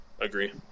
Agree